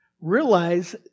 Realize